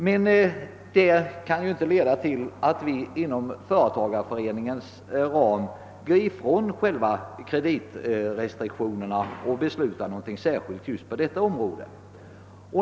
Men detta kan ju inte få leda till att vi för företagareföreningarnas del går ifrån kreditrestriktionerna och inför en särskild ordning på detta område.